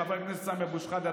חבר הכנסת סמי אבו שחאדה,